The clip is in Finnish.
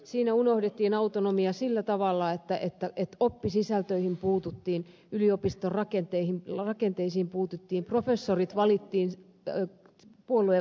siinä unohdettiin autonomia sillä tavalla että oppisisältöihin puututtiin yliopiston rakenteisiin puututtiin professorit valittiin puoluejäsenkirjan mukaan